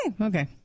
Okay